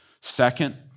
Second